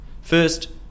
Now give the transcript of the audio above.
First